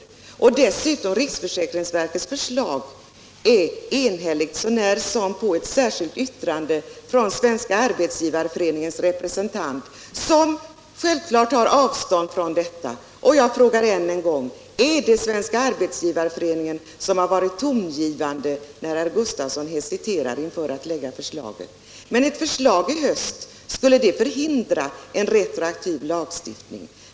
— Om rätt till Och dessutom: riksförsäkringsverkets förslag är enhälligt så när som på = retroaktivt sjukpenett särskilt yttrande från Svenska arbetsgivareföreningens representant, = ningtillägg som självklart tar avstånd från det. Jag frågar än en gång: Är det Svenska arbetsgivareföreningen som varit tongivande när herr Gustavsson hesiterar inför att lägga förslag? Skulle ett förslag i höst hindra en retroaktiv lagstiftning?